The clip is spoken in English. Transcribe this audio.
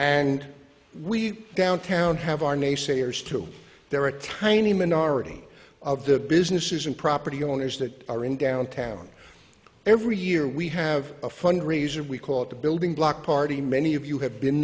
and we downtown have our naysayers to there are a tiny minority of the businesses and property owners that are in downtown every year we have a fundraiser we call it the building block party many of you have been